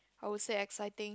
I would say exciting